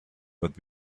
but